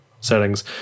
settings